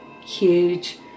huge